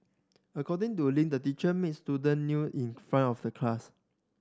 according to Ling the teacher made student new in front of the class